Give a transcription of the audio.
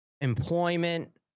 Employment